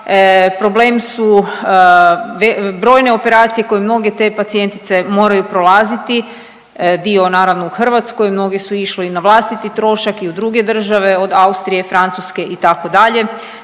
Problem su brojne operacije koje mnoge te pacijentice moraju prolaziti, dio naravno u Hrvatskoj, mnoge su išle i na vlastiti trošak i u druge države, od Austrije, Francuske, itd.